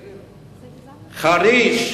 חריש,